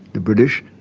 the british,